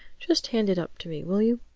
just hand it up to me, will you?